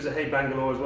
ah hey, bangalore,